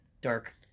dark